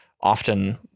often